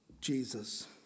Jesus